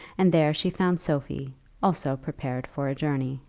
and there she found sophie also prepared for a journey.